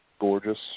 gorgeous